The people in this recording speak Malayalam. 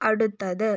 അടുത്തത്